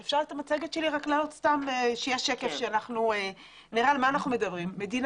אם אפשר להעלות את המצגת שלי כדי שנראה על מה אנחנו מדברים.